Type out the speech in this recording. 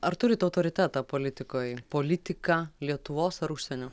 ar turit autoritetą politikoj politiką lietuvos ar užsienio